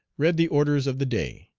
read the orders of the day,